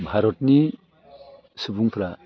भारतनि सुबुंफ्रा